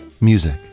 music